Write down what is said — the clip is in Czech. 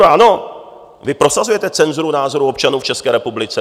Ano, vy prosazujete cenzuru názorů občanů v České republice.